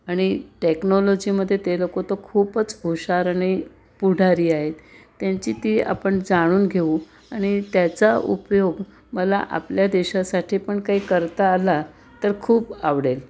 आणि टेक्नॉलॉजीमध्ये ते लोक तर खूपच हुशार आणि पुढारी आहेत त्यांची ती आपण जाणून घेऊ आणि त्याचा उपयोग मला आपल्या देशासाठी पण काही करता आला तर खूप आवडेल